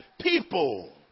people